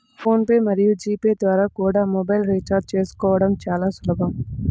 phone pay మరియు GPay ద్వారా కూడా మొబైల్ రీఛార్జి చేసుకోవడం చాలా సులభం